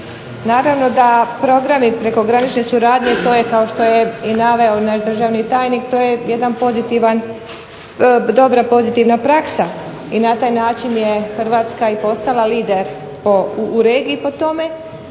Naravno da programi prekogranične suradnje, to je kao što je i naveo naš državni tajnik, to je jedan pozitivan, dobra pozitivna praksa, i na taj način je Hrvatska i postala lider u regiji po tome,